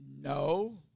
No